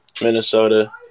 Minnesota